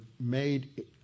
made